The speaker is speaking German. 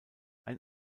ein